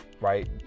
right